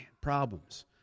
problems